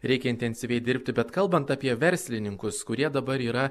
reikia intensyviai dirbti bet kalbant apie verslininkus kurie dabar yra